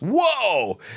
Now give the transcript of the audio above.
whoa